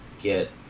get